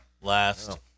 Last